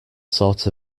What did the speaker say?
sort